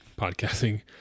podcasting